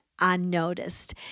unnoticed